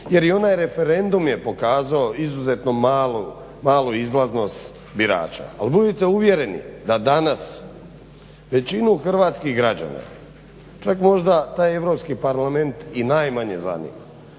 jer i onaj referendum je pokazao izuzetno malu izlaznost birača. Ali budite uvjereni da danas većinu hrvatskih građana, čak možda taj Europski parlament i najmanje zanima,